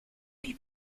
più